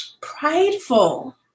prideful